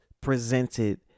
presented